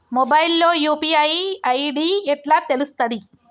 Mobile లో UPI ID ఎట్లా తెలుస్తది?